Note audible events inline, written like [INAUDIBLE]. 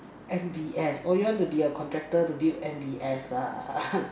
M_B_S oh you want to be a contractor to build M_B_S ah [NOISE]